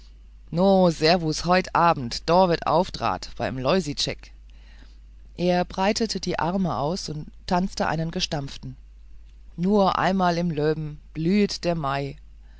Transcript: no servus heit abend do werd aufdraht beim loisitschek er breitete die arme aus und tanzte einen g'strampften nur einmahl im leböhn bliehet der mai